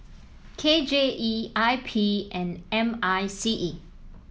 K J E I P and M I C E